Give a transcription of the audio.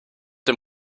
dem